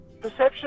perception